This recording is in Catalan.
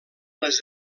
les